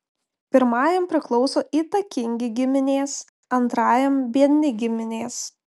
pirmajam priklauso įtakingi giminės antrajam biedni giminės